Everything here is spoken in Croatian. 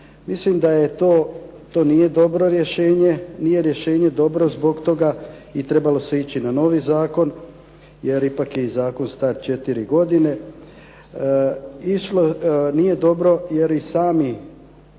mislim da je to, to nije dobro rješenje, nije rješenje dobro zbog toga i trebalo se ići na novi zakon jer ipak je i zakon star četiri godine, nije dobro jer i sami